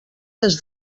des